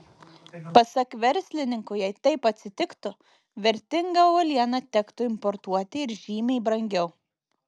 pasak verslininkų jei taip atsitiktų vertingą uolieną tektų importuoti ir žymiai brangiau